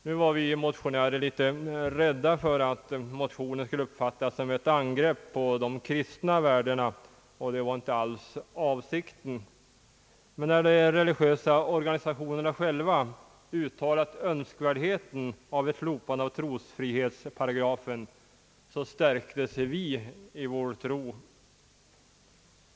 Nu var vi motionärer litet rädda för att motionen skulle uppfattas som ett angrepp på de kristna värdena; det var inte alls avsikten. Men när de religiösa organisationerna själva har uttalat önskvärdheten av ett slopande av trosfrihetsparagrafen, har vi stärkts i vår tro.